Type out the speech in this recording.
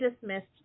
dismissed